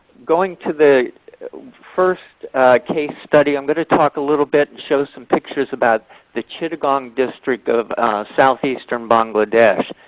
going to the first case study, i'm going to talk a little bit and show some pictures about the chittagong district of southeast um bangladesh.